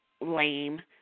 lame